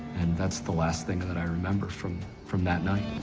and that's the last thing that i remember from from that night.